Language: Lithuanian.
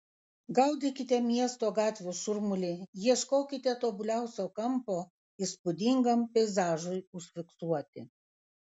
gaudykite miesto gatvių šurmulį ieškokite tobuliausio kampo įspūdingam peizažui užfiksuoti